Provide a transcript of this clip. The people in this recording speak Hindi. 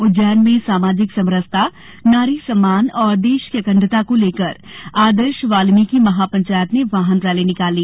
उज्जैन में सामाजिक समरसता नारी सम्मान और देश की अखण्डता को लेकर आदर्श वाल्मीकि महापंचायत ने वाहन रैली निकाली